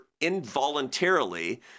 involuntarily